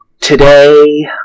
today